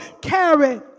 carry